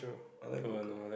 I like local